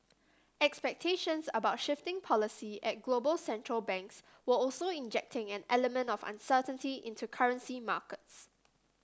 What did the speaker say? expectations about shifting policy at global central banks were also injecting an element of uncertainty into currency markets